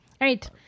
right